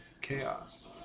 chaos